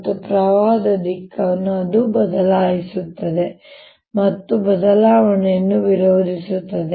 ಮತ್ತು ಪ್ರವಾಹದ ದಿಕ್ಕನ್ನು ಅದು ಬದಲಾಯಿಸುತ್ತದೆ ಅದು ಬದಲಾವಣೆಯನ್ನು ವಿರೋಧಿಸುತ್ತದೆ